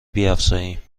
بیفزاییم